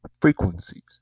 frequencies